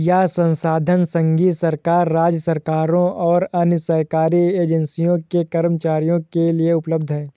यह संसाधन संघीय सरकार, राज्य सरकारों और अन्य सरकारी एजेंसियों के कर्मचारियों के लिए उपलब्ध है